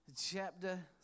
chapter